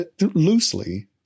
loosely